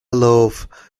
love